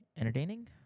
Entertaining